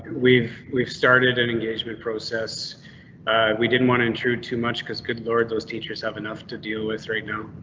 we've we've started an engagement process we didn't want to intrude too much. cause good lord, those teachers have enough to deal with right now.